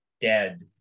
dead